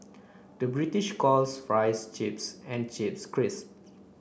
the British calls fries chips and chips crisps